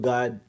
God